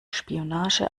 spionage